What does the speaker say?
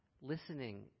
listening